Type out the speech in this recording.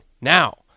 now